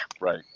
Right